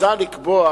מוצע לקבוע